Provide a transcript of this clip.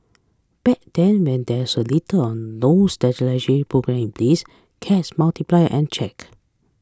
back then when there was little or no sterilisation programme in place cats multiply uncheck